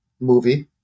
movie